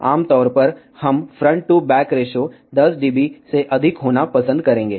आम तौर पर हम front to back ratio 10 dB से अधिक होना पसंद करेंगे